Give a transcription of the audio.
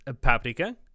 Paprika